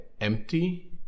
empty